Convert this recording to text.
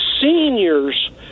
seniors